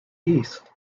east